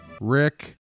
Rick